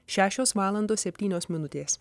šešios valandos septynios minutės